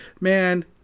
man